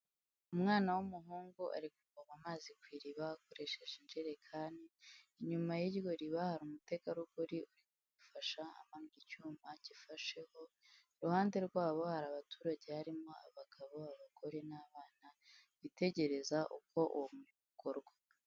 Umwana w'umuhungu ari kuvoma amazi ku iriba akoresheje ijerekani, inyuma y'iryo riba, hari umutegarugori uri kumufasha amanura icyuma gifasheho, iruhande rwabo hari abaturage harimo abagabo abagore n'abana, bitegereza uko uwo murimo ukorwa.